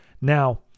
now